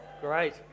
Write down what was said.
Great